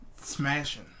Smashing